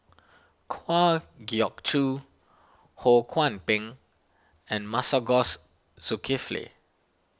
Kwa Geok Choo Ho Kwon Ping and Masagos Zulkifli